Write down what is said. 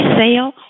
sale